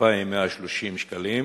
2,130 שקלים,